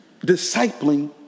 discipling